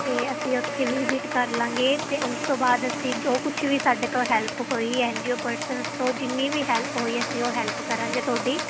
ਅਤੇ ਅਸੀਂ ਉੱਥੇ ਵਿਜਿਟ ਕਰ ਲਵਾਂਗੇ ਅਤੇ ਉਸ ਤੋਂ ਬਾਅਦ ਅਸੀਂ ਜੋ ਕੁਝ ਵੀ ਸਾਡੇ ਤੋਂ ਹੈਲਪ ਹੋਈ ਐਨ ਜੀ ਓ ਪਰਸਨਸ ਤੋਂ ਜਿੰਨੀ ਵੀ ਹੈਲਪ ਹੋਈ ਅਸੀਂ ਉਹ ਹੈਲਪ ਕਰਾਂਗੇ ਤੁਹਾਡੀ